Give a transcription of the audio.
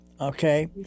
Okay